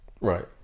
Right